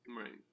Right